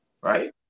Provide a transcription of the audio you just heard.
right